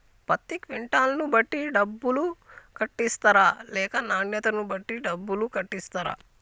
పత్తి క్వింటాల్ ను బట్టి డబ్బులు కట్టిస్తరా లేక నాణ్యతను బట్టి డబ్బులు కట్టిస్తారా?